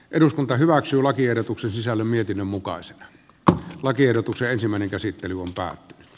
eduskunta hyväksyi lakiehdotuksen sisällön mietinnön mukaisen ko lakiehdotus ensimmäinen käsittely muuntaa